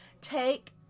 take